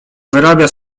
wyrabia